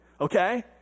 okay